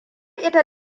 ita